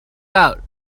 out